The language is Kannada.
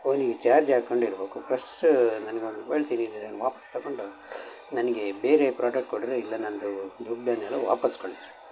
ಫೋನಿಗೆ ಚಾರ್ಜ್ ಹಾಕೊಂಡು ಇರ್ಬೇಕು ಪ್ಲಸ್ ನನ್ಗೆ ವಾಪಾಸ್ ತಗೋಂಡು ನನಗೆ ಬೇರೆ ಪ್ರಾಡಕ್ಟ್ ಕೊಡಿರಿ ಇಲ್ಲ ನಂದು ದುಡ್ಡನ್ನೆಲ್ಲ ವಾಪಾಸ್ ಕಳಿಸಿರೀ